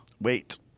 Wait